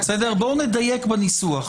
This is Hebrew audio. בואו נדייק בניסוח.